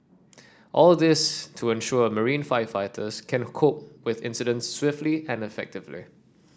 all this to ensure marine firefighters can cope with incidents swiftly and effectively